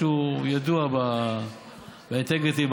שידוע באינטגריטי שלו,